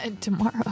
Tomorrow